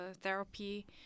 therapy